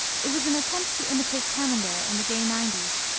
it was an attempt to imitate camembert in the gay nineties,